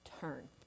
turn